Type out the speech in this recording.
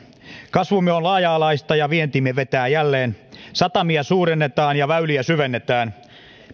kasvumme on laaja alaista ja vientimme vetää jälleen satamia suurennetaan ja väyliä syvennetään